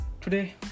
today